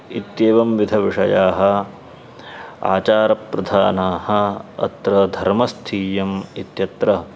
इत्येवं विविधाः विषयाः आचारप्रधानाः अत्र धर्मस्थीयम् इत्यत्र